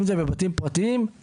אם זה בבתים פרטיים,